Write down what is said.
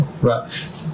Right